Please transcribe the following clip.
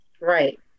Right